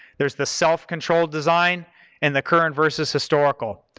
there's the self-controlled design and the current versus historical.